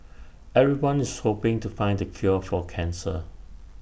everyone is hoping to find the cure for cancer